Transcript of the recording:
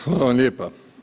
Hvala vam lijepa.